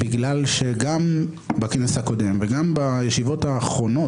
כי גם בכנסת הקודמת וגם בישיבות האחרונות,